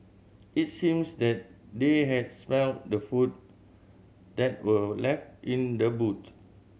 it seemes that they had smelt the food that were left in the boot